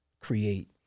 create